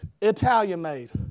Italian-made